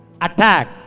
attack